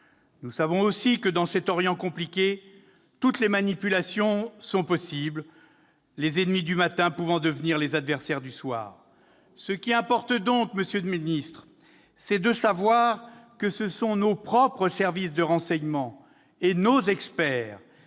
Nous savons aussi que, dans cet Orient compliqué, toutes les manipulations sont possibles, les ennemis du matin pouvant devenir les adversaires du soir. Absolument ! Ce qui importe donc, monsieur le ministre, c'est de savoir que ce sont nos services de renseignement et nos experts